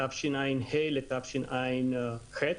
תשע"ה-תשע"ח.